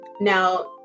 Now